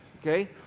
okay